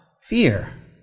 fear